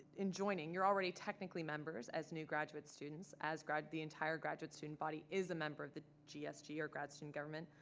in joining, you're already technically members as new graduate students. as grad the entire graduate student body is a member of the gsg or grad student government,